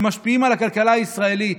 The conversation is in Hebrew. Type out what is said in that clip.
שמשפיעים על הכלכלה הישראלית.